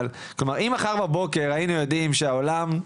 אבל כלומר אם מחר בבוקר היינו יודעים שהעולם,